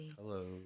Hello